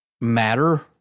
matter